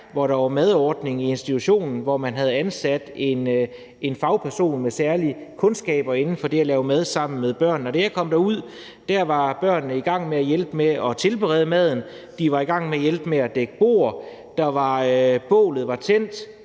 hvor der var madordning, og hvor man havde ansat en fagperson med særlige kundskaber inden for det at lave mad sammen med børn. Da jeg kom derud, var børnene i gang med at hjælpe med at tilberede maden; de var i gang med at hjælpe med at dække bord. Bålet var tændt,